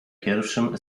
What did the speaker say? pierwszym